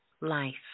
life